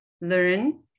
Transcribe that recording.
learn